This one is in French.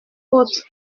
potes